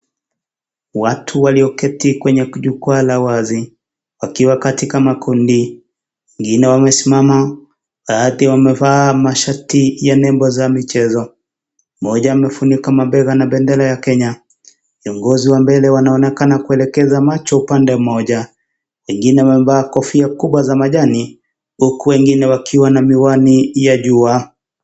Watu walioketi kwenye jukwaa la wazi wakiwa katika makundi wengine wamesimama, baadhi wamevaa mashati ya nembo za michezo, moja amefunika mabega na bendera la Kenya, viongozi wa mbele wanaonekana kuelekeza macho upande moja wengine wamevaa kofia kubwa za majani huku wengine wakiwa na miwani ya jua.